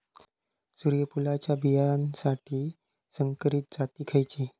सूर्यफुलाच्या बियानासाठी संकरित जाती खयले?